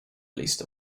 least